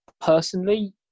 personally